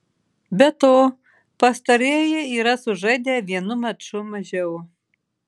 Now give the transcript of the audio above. be to pastarieji yra sužaidę vienu maču mažiau